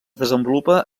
desenvolupa